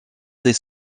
des